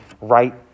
right